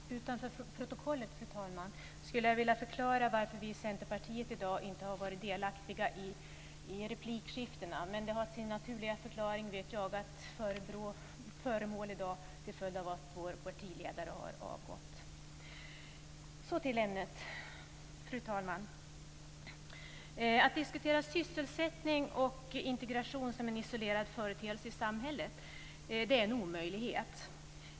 Fru talman! Utanför protokollet skulle jag vilja förklara varför vi i Centerpartiet i dag inte har varit delaktiga i replikskiftena. Det har sin naturliga förklaring. Vi är ett jagat villebråd i dag till följd av att vår partiledare har avgått. Så till ämnet. Fru talman! Att diskutera sysselsättning och integration som en isolerad företeelse i samhället är en omöjlighet.